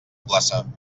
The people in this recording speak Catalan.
plaça